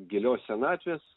gilios senatvės